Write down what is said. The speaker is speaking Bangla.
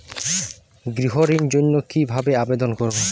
গৃহ ঋণ জন্য কি ভাবে আবেদন করব?